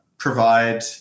provide